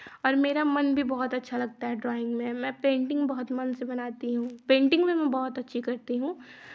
और मेरा मन भी बहुत अच्छा लगता है ड्राॅइंग में मैं पेंटिंग बहुत मन से बनाती हूँ पेंटिंग भी मैं बहुत अच्छी करती हूँ